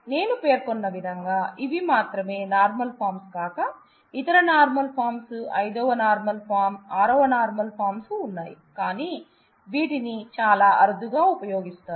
నేను పేర్కొన్నవిధంగా ఇవి మాత్రమే నార్మల్ ఫార్మ్స్ కాక ఇతర నార్మల్ ఫార్మ్స్ 5 వ నార్మల్ ఫార్మ్ 6 వ నార్మల్ ఫార్మ్ ఉన్నాయి కానీ వీటిని చాలా అరుదుగా ఉపయోగిస్తారు